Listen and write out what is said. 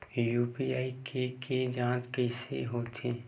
UPI के के जांच कइसे होथे?